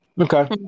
Okay